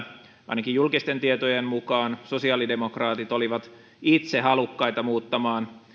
ainakin julkisten tietojen mukaan sosiaalidemokraatit olivat itse halukkaita muuttamaan